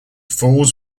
falls